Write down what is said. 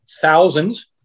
thousands